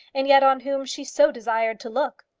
and yet on whom she so desired to look.